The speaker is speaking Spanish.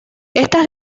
estas